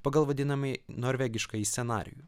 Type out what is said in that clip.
pagal vadinamąjį norvegiškąjį scenarijų